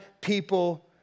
people